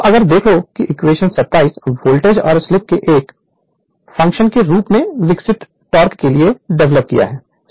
तो अगर देखो इक्वेशन27 वोल्टेज और स्लीप के एक फंक्शन के रूप में विकसित टोक़ के लिए डिवेलप किया है